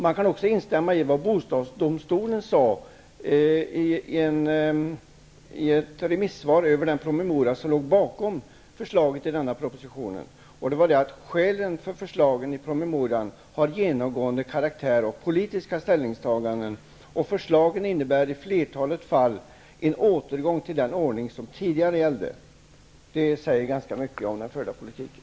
Man kan instämma i vad bostadsdomstolen sade i ett remissvar angående den promemoria som låg bakom förslaget i den proposition vi nu behandlar: Skälen för förslagen i promemorian har genomgående karaktär av politiska ställningstaganden, och förslagen innebär i flertalet fall en återgång till den ordning som tidigare gällde. -- Det säger ganska mycket om den förda politiken.